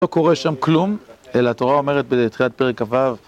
לא קורה שם כלום, אלא התורה אומרת בתחילת פרק כ"ו